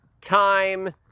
Time